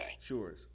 Sure